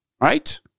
Right